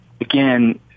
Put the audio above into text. again